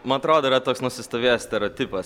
man atrodo yra toks nusistovėjęs stereotipas